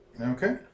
Okay